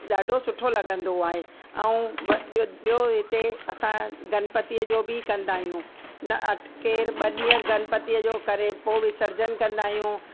ॾाढो सुठो लगंदो आहे ऐं व ॿ ॿियो हिते असां गनपतीअ जो बि कंदा आहियूं न केरु ॿ ॾींह गनपतीअ जो करे पोइ विसर्जन कंदा आहियूं